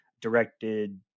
directed